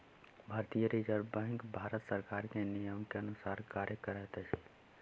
भारतीय reserve bank Bharat सरकार के नियम के अनुसार कार्य करैत अछि